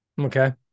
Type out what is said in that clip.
Okay